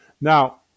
Now